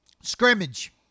Scrimmage